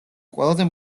ყველაზე